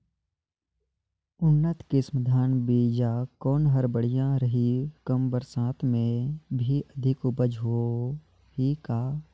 उन्नत किसम धान बीजा कौन हर बढ़िया रही? कम बरसात मे भी अधिक उपज होही का?